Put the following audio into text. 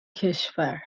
کشور